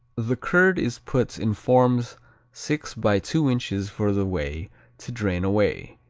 the curd is put in forms six by two inches for the whey to drain away.